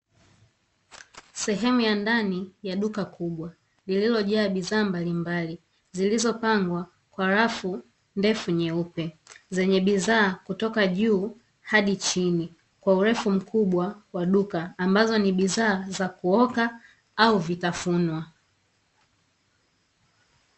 Sehemu ya ndani ya duka kubwa lililojaa bidhaa mbalimbali, zimepangwa kwa rafu ndefu nyeupe zenye bidhaa kutoka kwa juu mpaka chini kwa urefu mkubwa wa duka ni bidhaa za kuokaa au vitavunwa.